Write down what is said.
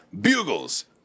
Bugles